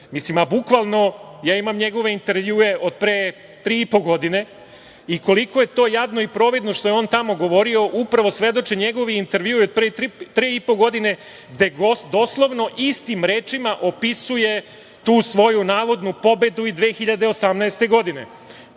Mislim, bukvalno, imam njegove intervjue od pre tri i pô godina i koliko je to jadno i providno što je on tamo govorio upravo svedoče njegovi intervjui od pre tri i pô godine gde doslovno istim rečima opisuje tu svoju navodnu pobedu i 2018.